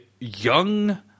young